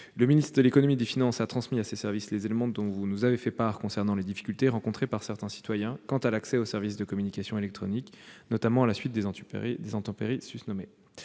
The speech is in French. Le ministre de l'économie et des finances a transmis à ses services les indications dont vous nous avez fait part en ce qui concerne les difficultés rencontrées par certains citoyens pour accéder aux services de communications électroniques, notamment à la suite des intempéries dont nous